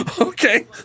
Okay